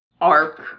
arc